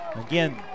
Again